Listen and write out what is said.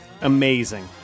Amazing